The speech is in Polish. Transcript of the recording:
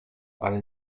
ale